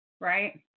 right